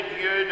Dieu